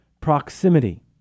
proximity